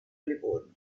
livorno